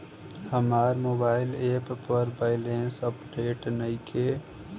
हमार mobile app पर balance update नइखे